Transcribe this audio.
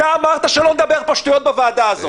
אתה אמרת שלא נדבר שטויות בוועדה הזאת.